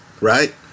right